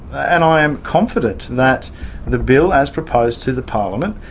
and i am confident that the bill, as proposed to the parliament,